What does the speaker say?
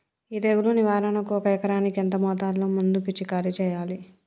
ఈ తెగులు నివారణకు ఒక ఎకరానికి ఎంత మోతాదులో మందు పిచికారీ చెయ్యాలే?